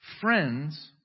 Friends